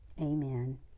amen